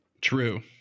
True